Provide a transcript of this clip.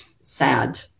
sad